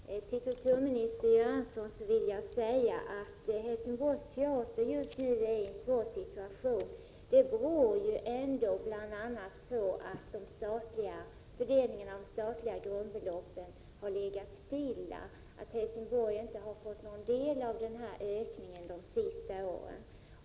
Herr talman! Till kulturminister Göransson vill jag säga att det förhållandet att Helsingborgs teater just nu befinner sig i en svår situation bl.a. beror på fördelningen av de statliga grundbeloppen. Tilldelningen har legat stilla, och Helsingborgs teater har inte fått någon ökning under de senaste åren.